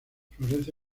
florece